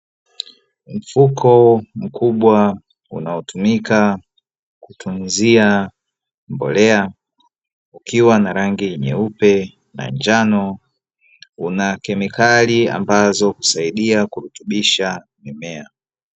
Mfuko mkubwa unaotumika kutunzia mbolea, ukiwa na rangi nyeupe na njano, una kemikali ambazo husaidia kurutubisha mimea.